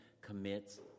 commits